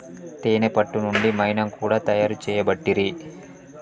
తేనే పట్టు నుండి మైనం కూడా తయారు చేయబట్టిరి